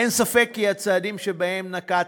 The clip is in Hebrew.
אין ספק כי הצעדים שנקטנו